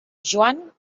joan